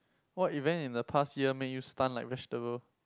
what event in the past year made you stunned like vegetable